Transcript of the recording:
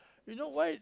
you know why